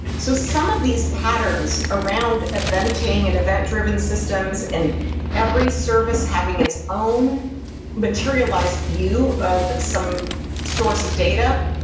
so some of these patterns around eventing and event-driven systems and every service having it's own materialized view of some source of data,